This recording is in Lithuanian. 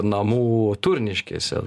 namų turniškėse